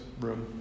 room